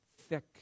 thick